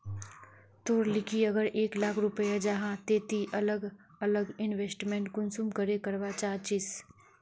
तोर लिकी अगर एक लाख रुपया जाहा ते ती अलग अलग इन्वेस्टमेंट कुंसम करे करवा चाहचिस?